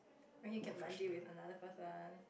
or you can bungee with another person